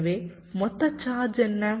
எனவே மொத்த சார்ஜ் என்ன